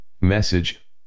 Message